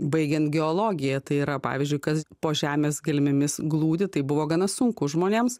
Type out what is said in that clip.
baigiant geologija tai yra pavyzdžiui kas po žemės gelmėmis glūdi tai buvo gana sunku žmonėms